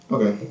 Okay